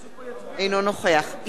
אינו נוכח ישראל כץ,